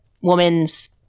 woman's